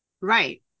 Right